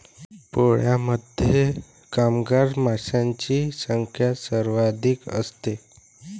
पोळ्यामध्ये कामगार मधमाशांची संख्या सर्वाधिक असते